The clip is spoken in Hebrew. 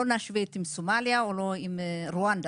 לא נשווה עם סומליה ולא עם רואנדה,